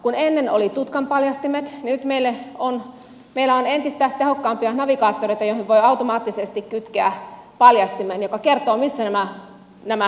kun ennen oli tutkanpaljastimet nyt meillä on entistä tehokkaampia navigaattoreita joihin voi automaattisesti kytkeä paljastimen joka kertoo missä nämä tolpat ovat